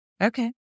okay